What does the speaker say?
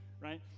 right